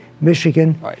Michigan